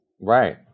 Right